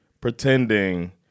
pretending